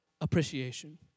appreciation